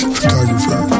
photographer